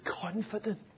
confident